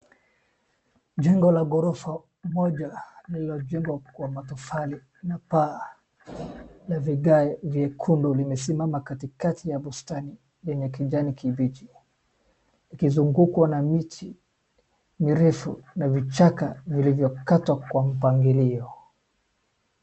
Jumba la gorofa moja lililjengwa kwa matofali lenye paa na vigae vyekundu limesimama katikati ya bustani lenye kijani kibichi ikizungwa na miti mirefu na vichaka vilivyokatwa kwa mpangilio.